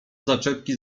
zaczepki